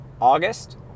August